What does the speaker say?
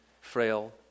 frail